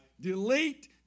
delete